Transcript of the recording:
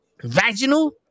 vaginal